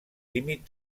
límit